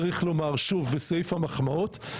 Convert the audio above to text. צריך לומר שוב בסעיף המחמאות,